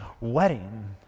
wedding